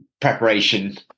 preparation